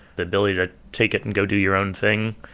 the ability to take it and go do your own thing.